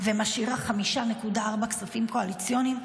ומשאירה 5.4 כספים קואליציוניים?